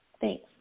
thanks